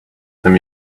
them